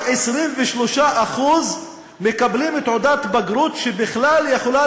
רק 23% מקבלים תעודת בגרות שבכלל יכולה